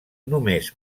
només